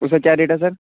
اس کا کیا ریٹ ہے سر